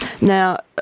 Now